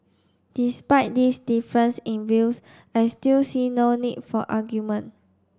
despite this difference in views I still see no need for argument